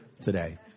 today